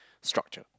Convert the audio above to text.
structure